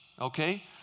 okay